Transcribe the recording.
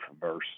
verse